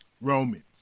Romans